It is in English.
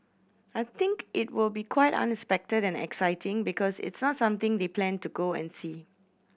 I think it will be quite unexpected and exciting because it's not something they plan to go and see